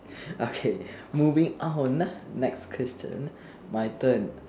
okay moving on next question my turn